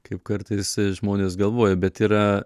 kaip kartais žmonės galvoja bet yra